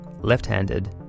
left-handed